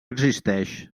existeix